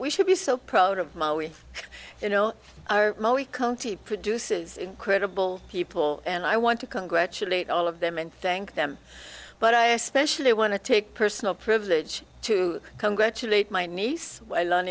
we should be so proud of you know our produces incredible people and i want to congratulate all of them and thank them but i especially want to take personal privilege to congratulate my niece learn